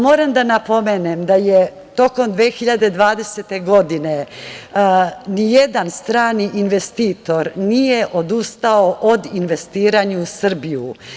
Moram da napomenem da tokom 2020. godine nijedan strani investitor nije odustao od investiranja u Srbiju.